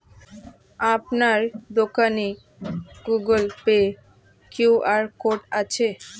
আপনার দোকানে Google Pay QR code আছে?